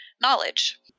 knowledge